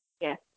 Yes